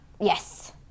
Yes